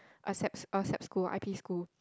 a sap a sap school I P school